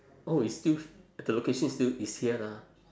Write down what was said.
oh it's still the location is still is here lah